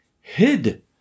hid